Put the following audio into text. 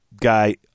guy